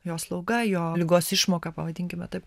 jo slauga jo ligos išmoka pavadinkime taip